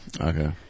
Okay